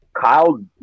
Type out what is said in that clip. Kyle